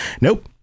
Nope